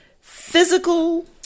physical